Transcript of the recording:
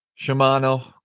Shimano